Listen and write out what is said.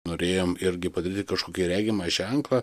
norėjom irgi padaryti kažkokį regimą ženklą